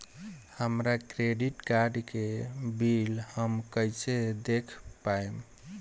हमरा credit card के bill हम कइसे देख पाएम?